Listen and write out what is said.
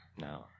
no